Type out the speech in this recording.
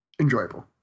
enjoyable